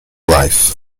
life